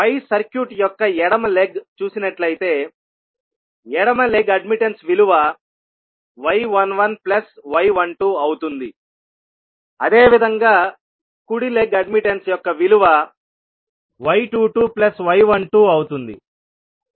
పై circuit యొక్క ఎడమ leg చూసినట్లయితే ఎడమ లెగ్ అడ్మిట్టన్స్ విలువ y11y12 అవుతుంది అదేవిధంగా కుడి లెగ్ అడ్మిట్టన్స్ యొక్క విలువ y22y12అవుతుంది